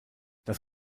das